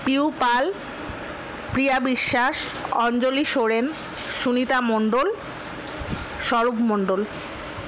Piu Pal Priya Biswas Anjali Soren Sunita Mondal Swarup Mondal